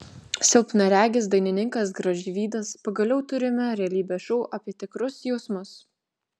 silpnaregis dainininkas gražvydas pagaliau turime realybės šou apie tikrus jausmus